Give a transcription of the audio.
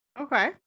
Okay